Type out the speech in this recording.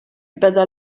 beda